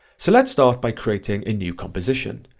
so let's start by creating a new composition,